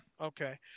Okay